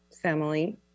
family